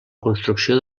construcció